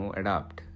adapt